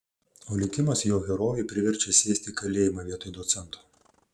o likimas jo herojų priverčia sėsti į kalėjimą vietoj docento